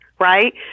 right